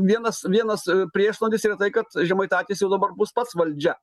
vienas vienas priešnuodis yra tai kad žemaitaitis jau dabar bus pats valdžia